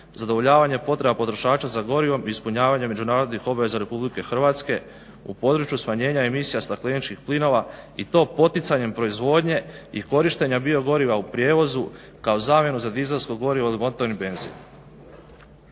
zadovoljavanje potreba potrošača za gorivom, ispunjavanje međunarodnih obaveza RH u području smanjenja emisija stakleničkih plinova i to poticanjem proizvodnje i korištenje biogoriva u prijevozu kao zamjenu za dizelsko gorivo za motorni beznin.